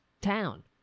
town